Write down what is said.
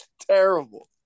Terrible